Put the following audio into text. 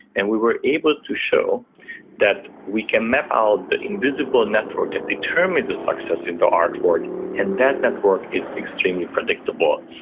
and we were able to show that we can map out the invisible network that determines the success in the artwork and that network is extremely predictable,